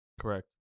Correct